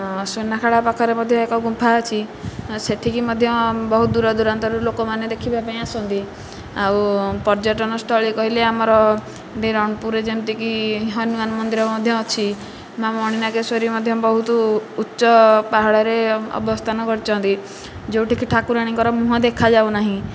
ସୁନାଖେଳ ପାଖରେ ମଧ୍ୟ ଏକ ଗୁମ୍ଫା ଅଛି ସେଠିକି ମଧ୍ୟ ବହୁତ ଦୂର ଦୂରାନ୍ତରୁ ଲୋକମାନେ ଦେଖିବାପାଇଁ ଆସନ୍ତି ଆଉ ପର୍ଯ୍ୟଟନ ସ୍ଥଳୀ କହିଲେ ଆମର ବିରାମପୁରରେ ଯେମିତିକି ହନୁମାନ ମନ୍ଦିର ମଧ୍ୟ ଅଛି ମା' ମଣିନାଗେଶ୍ୱରୀ ମଧ୍ୟ ବହୁତ ଉଚ୍ଚ ପାହାଡ଼ରେ ଅବସ୍ଥାନ କରିଛନ୍ତି ଯେଉଁଠିକି ଠାକୁରାଣୀଙ୍କର ମୁଁହ ଦେଖା ଯାଉନାହିଁ